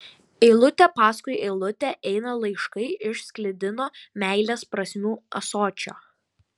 eilutė paskui eilutę eina laiškai iš sklidino meilės prasmių ąsočio